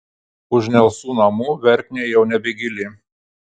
už nelsų namų verknė jau nebegili